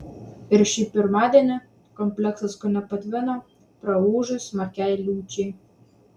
ir šį pirmadienį kompleksas kone patvino praūžus smarkiai liūčiai